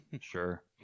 Sure